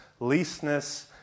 leastness